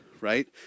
right